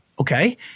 Okay